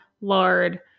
lard